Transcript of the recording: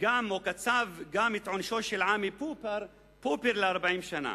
גם את עונשו של עמי פופר ל-40 שנה.